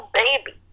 baby